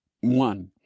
one